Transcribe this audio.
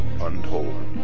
untold